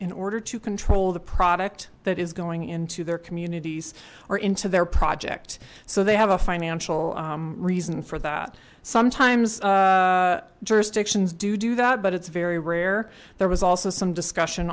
in order to control the product that is going into their communities or into their project so they have a financial reason for that sometimes jurisdictions do do that but it's very rare there was also some discussion